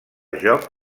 joc